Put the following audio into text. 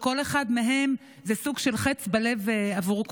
וכל אחד מהם זה סוג של חץ בלב עבור כולנו.